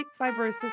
Fibrosis